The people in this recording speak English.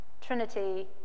Trinity